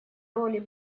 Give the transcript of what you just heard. роли